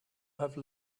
have